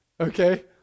okay